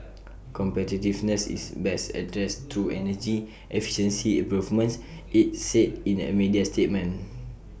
competitiveness is best addressed through energy efficiency improvements IT said in A media statement